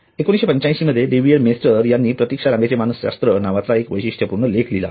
१९८५ मध्ये David Maister यांनी प्रतीक्षा रांगेचे मानसशास्त्र नावाचा एक वैशिष्ठपूर्ण लेख लिहिला